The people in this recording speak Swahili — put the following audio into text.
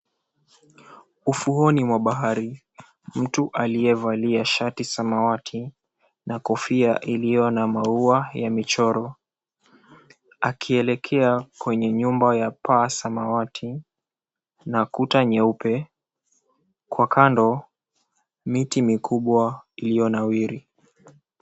Ufuoni mwa bahari, mtu aliyevalia shati samawati na kofia iliyo na maua ya michoro, akielekea kwenye nyumba paa samawati na kuta nyeup. Kwa kando miti mikubwa iliyonawiri.